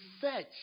search